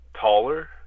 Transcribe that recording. taller